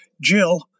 Jill